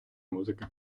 музики